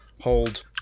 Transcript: Hold